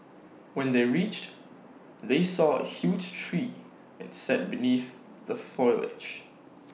when they reached they saw A huge tree and sat beneath the foliage